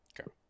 Okay